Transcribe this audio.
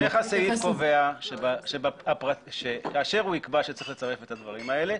המשך הסעיף קובע שכאשר הוא יקבע שצריך לצרף את הדברים האלה,